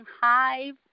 hive